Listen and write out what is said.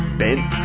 bent